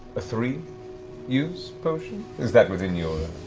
a three use potion? is that within your